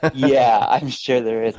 yeah, i'm sure there is.